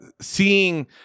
seeing